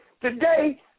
today